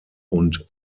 und